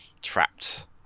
trapped